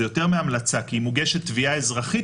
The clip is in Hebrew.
זה יותר מהמלצה כי אם מוגשת תביעה אזרחית